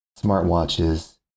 smartwatches